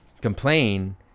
complain